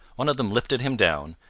one of them lifted him down,